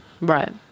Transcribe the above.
Right